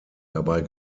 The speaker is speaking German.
dabei